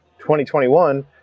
2021